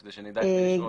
כדי שנדע את מי לשאול.